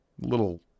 little